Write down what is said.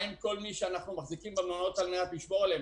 מה עם כל מי שאנחנו מעסיקים במלונות כדי לשמור עליהם?